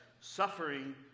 suffering